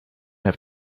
have